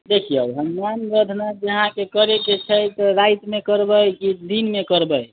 देखियौ हम ध्यान दय देलौंह कि अहाँके करयके छै त रातिमे करबै कि दिनमे करबै